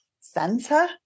center